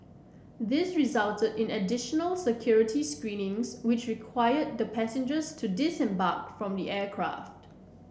this resulted in additional security screenings which required the passengers to disembark from the aircraft